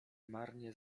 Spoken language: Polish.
marnie